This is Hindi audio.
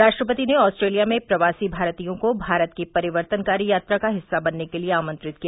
राष्ट्रपति ने ऑस्ट्रेलिया में प्रवासी भारतीयों को भारत की परिक्तनकारी यात्रा का हिस्सा बनने के लिए आमंत्रित किया